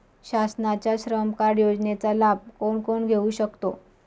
शासनाच्या श्रम कार्ड योजनेचा लाभ कोण कोण घेऊ शकतो?